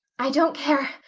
i don't. care.